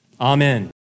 amen